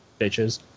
bitches